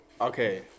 okay